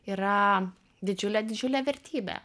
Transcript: yra didžiulė didžiulė vertybė